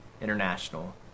International